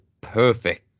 perfect